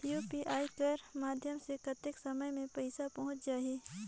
UPI कर माध्यम से कतेक समय मे पइसा पहुंच जाहि?